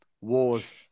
Wars